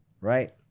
right